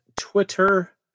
twitter